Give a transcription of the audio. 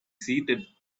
seated